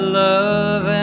love